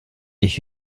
ich